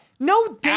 No